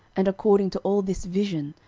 and according to all this vision,